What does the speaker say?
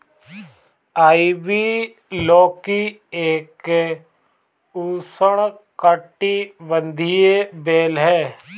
ivy लौकी एक उष्णकटिबंधीय बेल है